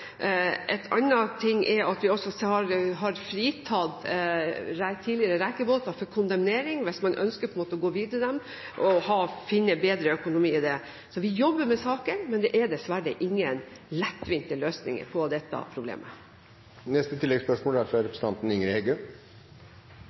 ting er at vi også har fritatt tidligere rekebåter for kondemnering hvis man ønsker å gå videre med dem og finner bedre økonomi i det. Så vi jobber med saken, men det er dessverre ingen lettvinte løsninger på dette problemet.